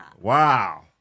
Wow